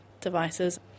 devices